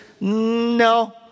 No